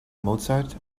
mozart